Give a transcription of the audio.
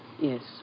Yes